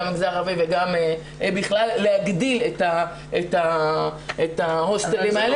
במגזר הערבי ובכלל להגדיל את ההוסטלים האלה.